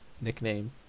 nickname